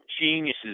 geniuses